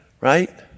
Right